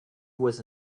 was